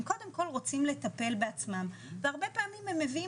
הם קודם כל רוצים לטפל בעצמם והרבה פעמים הם מביאים